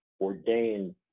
ordained